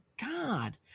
god